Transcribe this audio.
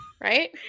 right